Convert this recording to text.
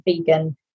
vegan